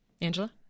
Angela